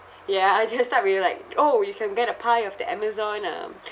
ya I just start really like orh you can get a pie of the Amazon um